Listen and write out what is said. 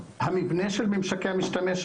המבנה של ממשקי המשתמש,